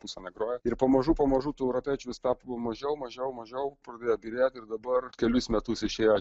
pusė negroja ir pamažu pamažu tų europiečių vis tapo mažiau mažiau mažiau pradėjo byrėti ir dabar kelis metus išėjo